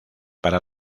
para